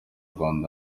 rwanda